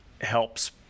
helps